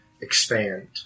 expand